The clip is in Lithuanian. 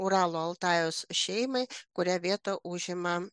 uralo altajaus šeimai kurią vietą užima